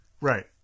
Right